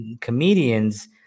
comedians